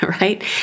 right